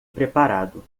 preparado